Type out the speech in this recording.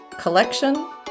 collection